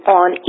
on